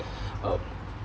uh